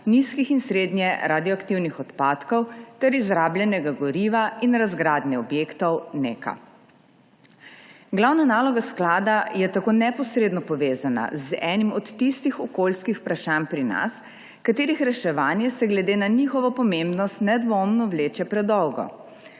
nizkih- in srednjeradioaktivnih odpadkov ter izrabljenega goriva in razgradnje objektov NEK. Glavna naloga sklada je tako neposredno povezana z enim od tistih okoljskih vprašanj pri nas, katerih reševanje se glede na njihovo pomembnost nedvomno vleče predolgo.